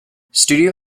studio